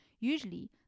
Usually